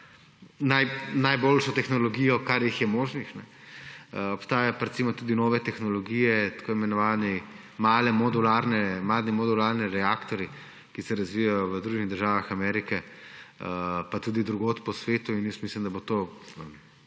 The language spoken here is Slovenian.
najboljšo tehnologijo, kar jih je možnih. Obstajajo pa tudi nove tehnologije, tako imenovani mali modularni reaktorji, ki se razvijajo v Združenih državah Amerike pa tudi drugod po svetu. Jaz mislim, da bo to